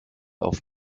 auf